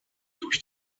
durch